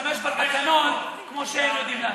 להשתמש בתקנון כמו שהם יודעים לעשות.